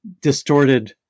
distorted